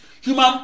human